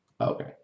Okay